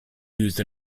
used